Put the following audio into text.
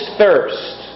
thirst